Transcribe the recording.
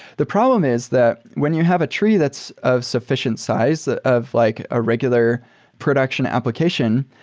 the problem is that when you have a tree that's of sufficient size of like a regular production application,